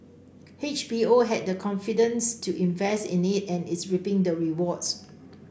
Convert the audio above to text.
H B O had the confidence to invest in it and is reaping the rewards